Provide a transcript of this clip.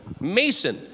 mason